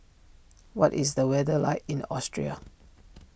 what is the weather like in Austria